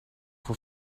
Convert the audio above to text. voor